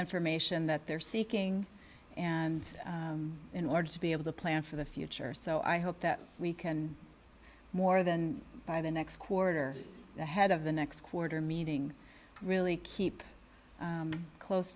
information that they're seeking and in order to be able to plan for the future so i hope that we can more than by the next quarter ahead of the next quarter meeting really keep close